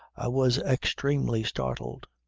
i was extremely startled.